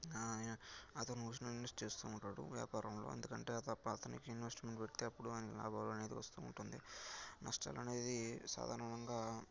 ఆయన అతను ఇన్వెస్ట్ చేస్తూ ఉంటాడు వ్యాపారంలో ఎందుకంటే అది తప్ప అతనికి ఇన్వెస్ట్మెంట్ పెడితే అప్పుడు ఆయనకి లాభాలు అనేది వస్తూ ఉంటుంది నష్టాలు అనేది సాధారణంగా